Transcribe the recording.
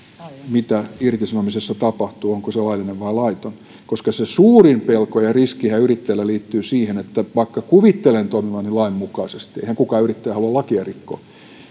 mitä irtisanomisessa tapahtuu onko se laillinen vai laiton se suurin pelko ja riskihän yrittäjällä liittyy siihen että vaikka kuvittelen toimivani lainmukaisesti eihän kukaan yrittäjä halua lakia rikkoa